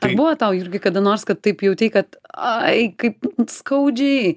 ar buvo tau irgi kada nors kad taip jautei kad ai kaip skaudžiai